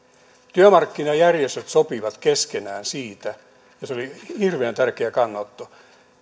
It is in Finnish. työmarkkinajärjestöt sopivat keskenään siitä ja se oli hirveän tärkeä kannanotto että